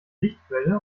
lichtquelle